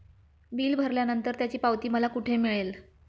Bill भरल्यानंतर त्याची पावती मला कुठे मिळेल?